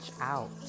out